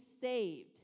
saved